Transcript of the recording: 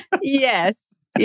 Yes